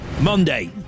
Monday